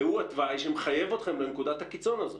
והוא התוואי שמחייב אתכם לנקודת הקיצון הזאת?